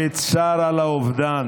שצר על האובדן